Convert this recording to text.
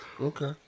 Okay